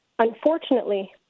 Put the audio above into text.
Unfortunately